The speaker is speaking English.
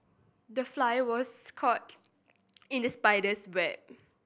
the fly was caught in the spider's web